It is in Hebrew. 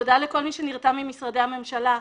תודה לכל מי שנרתם ממשרדי הממשלה,